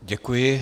Děkuji.